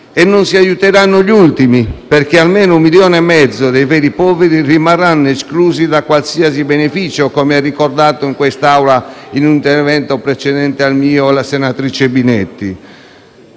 Non si aiuteranno gli ultimi perché almeno un milione e mezzo dei veri poveri rimarranno esclusi da qualsiasi beneficio, come è stato ricordato in quest'Aula in un intervento precedente al mio dalla senatrice Binetti,